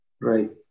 Right